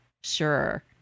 Sure